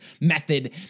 method